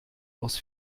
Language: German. aus